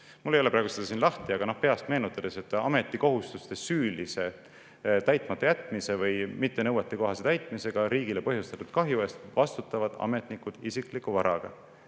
Mul ei ole seda praegu lahti, aga meenutan peast: ametikohustuste süülise täitmatajätmise või mittenõuetekohase täitmisega riigile põhjustatud kahju eest vastutavad ametnikud isikliku varaga.